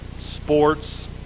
sports